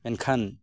ᱢᱮᱱᱠᱷᱟᱱ